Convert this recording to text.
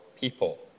people